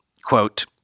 Quote